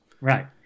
Right